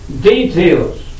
details